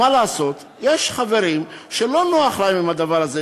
מה לעשות, יש חברים שלא נוח להם עם הדבר הזה.